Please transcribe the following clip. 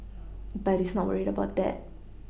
but he's not worried about that